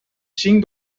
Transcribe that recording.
cinc